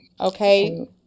Okay